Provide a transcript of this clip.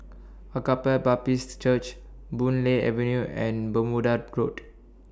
Agape Baptist Church Boon Lay Avenue and Bermuda Road